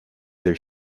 their